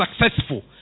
successful